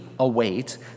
await